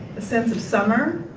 sense of summer,